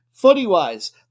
Footy-wise